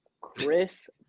Chris